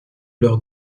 leurs